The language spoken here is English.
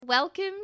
Welcome